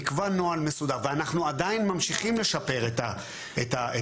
נקבע נוהל מסודר ואנחנו עדיין ממשיכים לשפר את הנהלים,